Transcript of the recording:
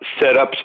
setups